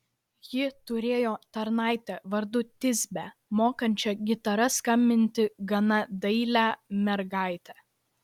ji turėjo tarnaitę vardu tisbę mokančią gitara skambinti gana dailią mergaitę